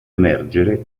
emergere